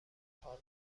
کار